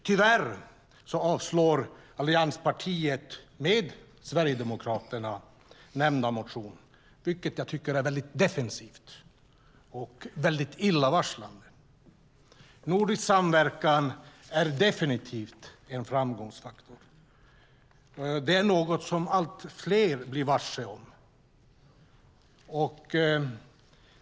Tyvärr avstyrker allianspartierna med Sverigedemokraterna nämnda motion, vilket jag tycker är defensivt och illavarslande. Nordisk samverkan är definitivt en framgångsfaktor. Det är något som allt fler blir varse.